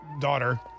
daughter